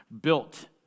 built